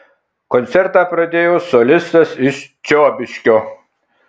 koncertą pradėjo solistas iš čiobiškio